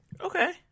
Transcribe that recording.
Okay